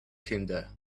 hinder